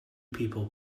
people